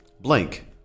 blank